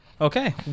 Okay